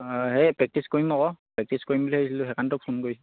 অঁ সেই প্ৰেক্টিছ কৰিম আকৌ প্ৰেক্টিচ কৰিম বুলি ভাবিছিলোঁ সেই কাৰণে তোক ফোন কৰিছোঁ